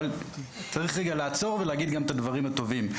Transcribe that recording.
אבל צריך גם לעצור לרגע ולהגיד גם את הדברים הטובים.